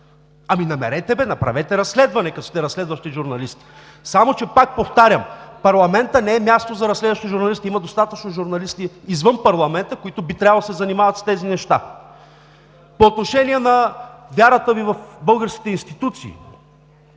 Ами, намерете, бе! Направете разследване, като сте разследващи журналисти. Само че, пак повтарям, парламентът не е място за разследващи журналисти. Има достатъчно журналисти извън парламента, които би трябвало да се занимават с тези неща. По отношение на вярата Ви в българските институции.